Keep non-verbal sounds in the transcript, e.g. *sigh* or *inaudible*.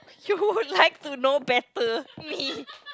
*laughs* who like to know better me